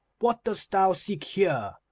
what dost thou seek here?